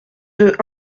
deux